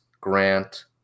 Grant